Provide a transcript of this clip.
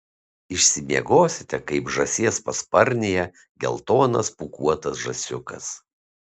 išsimiegosite kaip žąsies pasparnėje geltonas pūkuotas žąsiukas